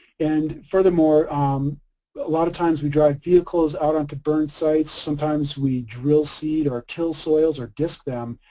and furthermore um but a lot of times we drive vehicles out onto burned sites, sometimes we drill seed or till soils or disk them,